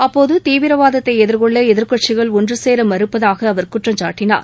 அப்போது தீவிரவாதத்தை எதிர்கொள்ள எதிர்க்கட்சிகள் ஒன்றுசேர மறுப்பதாக அவர் குற்றம் சாட்டனார்